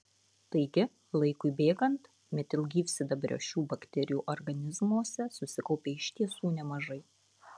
taigi laikui bėgant metilgyvsidabrio šių bakterijų organizmuose susikaupia iš tiesų nemažai